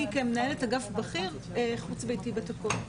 אני, כמנהלת אגף בכיר חוץ ביתי בתקון.